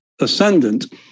ascendant